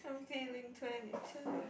I'm feeling twenty two